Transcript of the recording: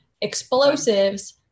explosives